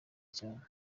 cyane